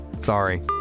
Sorry